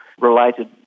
related